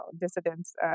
dissidents